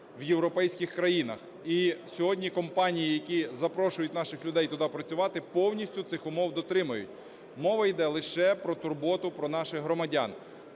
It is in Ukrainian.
в європейських країнах. І сьогодні компанії, які запрошують наших людей туди працювати, повністю цих умов дотримуються. Мова йде лише про турботу, про наших громадян.